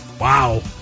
Wow